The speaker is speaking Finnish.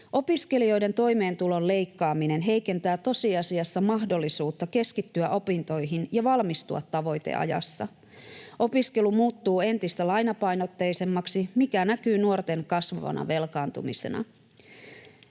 Opiskelijoiden toimeentulon leikkaaminen heikentää tosiasiassa mahdollisuutta keskittyä opintoihin ja valmistua tavoiteajassa. Opiskelu muuttuu entistä lainapainotteisemmaksi, mikä näkyy nuorten kasvavana velkaantumisena.